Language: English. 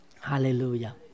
Hallelujah